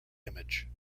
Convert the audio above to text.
image